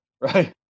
right